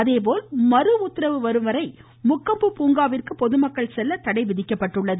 அதேபோல் மறு உத்தரவு வரும்வரை முக்கொம்பு பூங்காவிற்கு பொதுமக்கள் செல்ல தடைவிதிக்கப்பட்டு உள்ளது